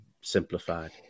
simplified